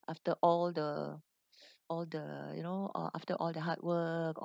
after all the all the you know or after all the hard work